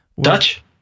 Dutch